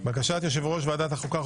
בקשת יושב ראש ועדת החוקה,